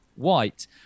white